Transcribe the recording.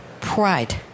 pride